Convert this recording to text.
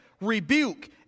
rebuke